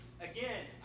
Again